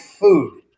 food